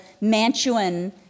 Mantuan